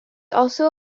also